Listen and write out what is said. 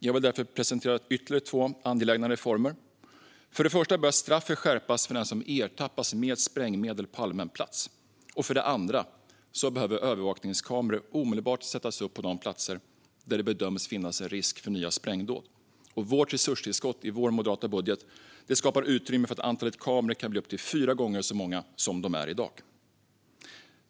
Jag vill därför presentera ytterligare två angelägna reformer: För det första bör straffet skärpas för den som ertappas med sprängmedel på allmän plats, och för det andra behöver övervakningskameror omedelbart sättas upp på de platser där det bedöms finnas en risk för nya sprängdåd. Resurstillskottet i vår moderata budget skapar också utrymme för att antalet kameror ska kunna bli upp till fyra gånger så många som de är i dag.